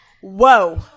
Whoa